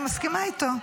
אני מסכימה איתו.